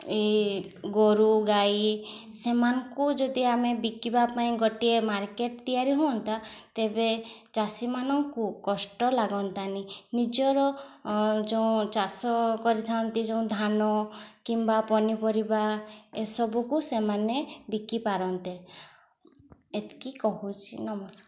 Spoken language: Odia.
ଏ ଗୋରୁ ଗାଈ ସେମାନଙ୍କୁ ଯଦି ଆମେ ବିକିବା ପାଇଁ ଗୋଟିଏ ମାର୍କେଟ୍ ତିଆରି ହୁଅନ୍ତା ତେବେ ଚାଷୀମାନଙ୍କୁ କଷ୍ଟ ଲାଗନ୍ତାନି ନିଜର ଯେଉଁ ଚାଷ କରିଥାନ୍ତି ଯେଉଁ ଧାନ କିମ୍ବା ପନିପରିବା ଏସବୁକୁ ସେମାନେ ବିକି ପାରନ୍ତେ ଏତିକି କହୁଛି ନମସ୍କାର